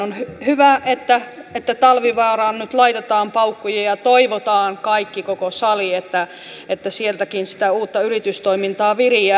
on hyvä että talvivaaraan nyt laitetaan paukkuja ja toivotaan kaikki koko sali että sieltäkin sitä uutta yritystoimintaa viriää